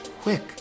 quick